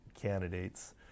candidates